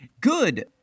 Good